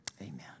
Amen